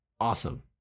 awesome